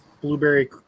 blueberry